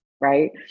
right